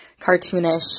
cartoonish